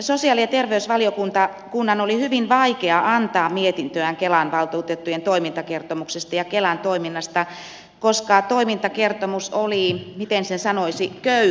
sosiaali ja terveysvaliokunnan oli hyvin vaikea antaa mietintöään kelan valtuutettujen toimintakertomuksesta ja kelan toiminnasta koska toimintakertomus oli miten sen sanoisi köykäinen